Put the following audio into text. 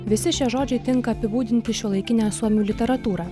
visi šie žodžiai tinka apibūdinti šiuolaikinę suomių literatūrą